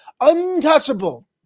untouchable